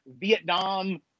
Vietnam